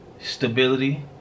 stability